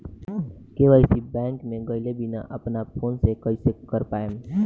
KYC bank मे गएले बिना अपना फोन से कइसे कर पाएम?